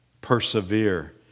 persevere